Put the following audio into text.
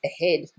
ahead